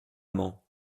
maman